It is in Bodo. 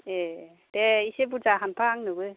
ए दे एसे बुर्जा हानफा आंनोबो